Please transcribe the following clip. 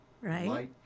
right